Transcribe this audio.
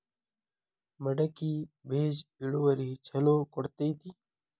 ಮಡಕಿ ಬೇಜ ಇಳುವರಿ ಛಲೋ ಕೊಡ್ತೆತಿ?